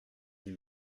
dit